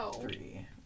three